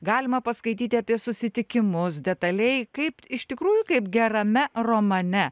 galima paskaityti apie susitikimus detaliai kaip iš tikrųjų kaip gerame romane